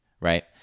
right